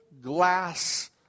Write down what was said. glass